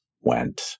went